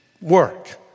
work